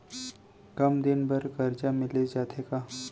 कम दिन बर करजा मिलिस जाथे का?